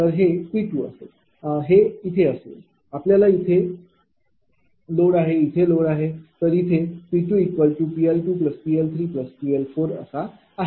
तर हे P2असेल हे येथे असेल आपल्याकडे इथे लोड आहे इथे लोड आहे तर इथे P2PL2PL3PL4असा आहे